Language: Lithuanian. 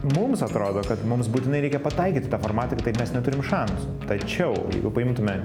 mums atrodo kad mums būtinai reikia pataikyti tą formatą kitaip mes neturim šansų tačiau jeigu paimtumėm